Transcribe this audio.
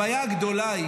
הבעיה הגדולה,